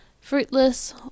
fruitless